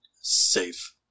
safe